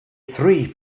three